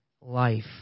life